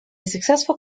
successful